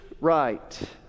right